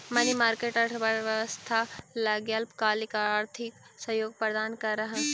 money market अर्थव्यवस्था लगी अल्पकालिक आर्थिक सहयोग प्रदान करऽ हइ